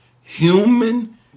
human